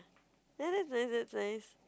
then after that's nice